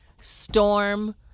storm